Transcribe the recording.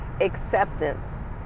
acceptance